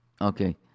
Okay